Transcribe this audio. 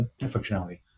functionality